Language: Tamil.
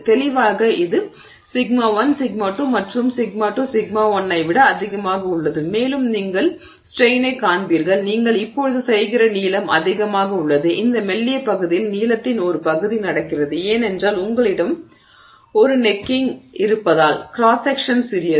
தெளிவாக இது σ1 σ2 மற்றும் σ2 σ1 ஐ விட அதிகமாக உள்ளது மேலும் நீங்கள் ஸ்ட்ரெய்னைக் காண்பீர்கள் நீங்கள் இப்போது செய்கிற நீளம் அதிகமாக உள்ளது இந்த மெல்லிய பகுதியில் நீளத்தின் ஒரு பகுதி நடக்கிறது ஏனென்றால் உங்களிடம் ஒரு கழுத்து இருப்பதால் கிராஸ் செக்க்ஷன் சிறியது